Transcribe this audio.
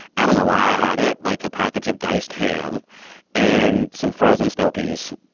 i don't know why i had it, like a package of diced ham and some frozen snow peas.